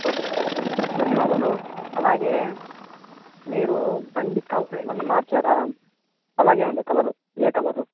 okay అండి ధన్యవాదాలు అలాగే మీరు బండి కవర్ ఏమన్నా మర్చారా అలాగే ఉందా కలరు ఏ కలరు